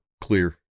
clear